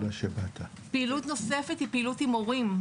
פעילות נוספת, היא פעילות עם הורים.